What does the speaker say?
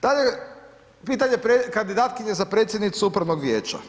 Dalje, pitanje kandidatkinje za predsjednicu upravnog vijeća.